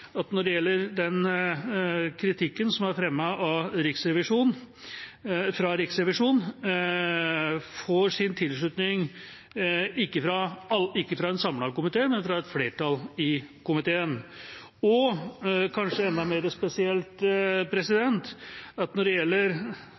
at den kritikken som er fremmet fra Riksrevisjonen, får sin tilslutning ikke fra en samlet komité, men fra et flertall i komiteen. Og kanskje enda mer spesielt: